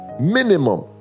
Minimum